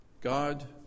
God